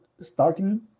starting